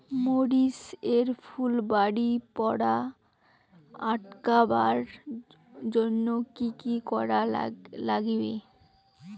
মরিচ এর ফুল ঝড়ি পড়া আটকাবার জইন্যে কি কি করা লাগবে?